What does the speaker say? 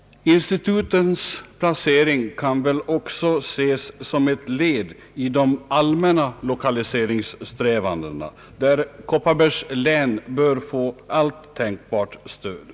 Institutens placering kan väl också ses som ett led i de allmänna lokaliseringssträvandena, där Kopparbergs län bör få allt tänkbart stöd.